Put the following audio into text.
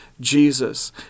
Jesus